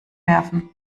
werfen